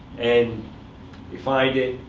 and they find it.